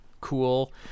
cool